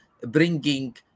bringing